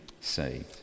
saved